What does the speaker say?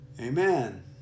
Amen